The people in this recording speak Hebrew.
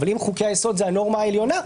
אבל אם חוקי היסוד זאת הנורמה העליונה,